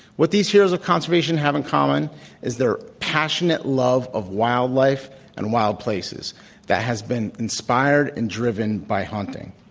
what these heroes of conservation have in common is their passionate love of wildlife and wild places that has been inspired and driven by hunting.